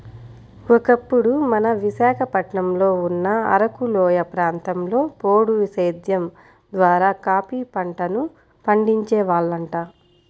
ఒకప్పుడు మన విశాఖపట్నంలో ఉన్న అరకులోయ ప్రాంతంలో పోడు సేద్దెం ద్వారా కాపీ పంటను పండించే వాళ్లంట